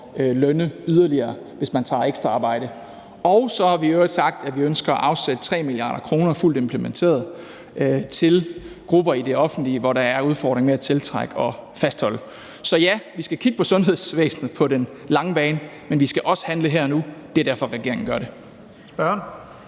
lønne yderligere, hvis man tager ekstraarbejde. Og så har vi i øvrigt sagt, at vi ønsker at afsætte 3 mia. kr. fuldt implementeret til grupper i det offentlige, hvor der er udfordringer med at tiltrække og fastholde folk. Så ja, vi skal kigge på sundhedsvæsenet på den lange bane, men vi skal også handle her og nu, og det er derfor, regeringen gør det.